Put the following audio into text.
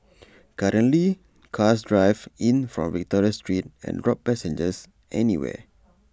currently cars drive in from Victoria street and drop passengers anywhere